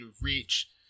reach